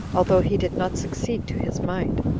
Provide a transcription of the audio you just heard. although he did not succeed to his mind.